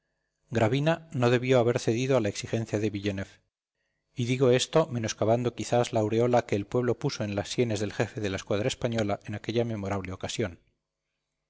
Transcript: gravina no debió haber cedido a la exigencia de villeneuve y digo esto menoscabando quizás la aureola que el pueblo puso en las sienes del jefe de la escuadra española en aquella memorable ocasión